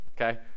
okay